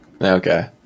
Okay